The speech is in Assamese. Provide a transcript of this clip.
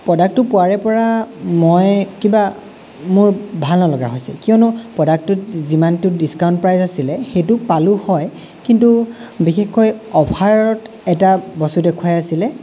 প্ৰডাক্টটো পোৱাৰে পৰা মই কিবা মোৰ ভাল নলগা হৈছে কিয়নো প্ৰডাক্টটোত যিমানটো ডিছকাউণ্ট প্ৰাইচ আছিলে সেইটো পালোঁ হয় কিন্তু বিশেষকৈ অফাৰত এটা বস্তু দেখুৱাই আছিলে